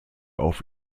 auf